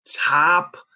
top